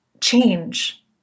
change